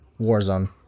Warzone